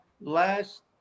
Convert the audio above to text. last